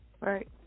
Right